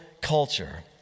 culture